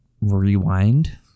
rewind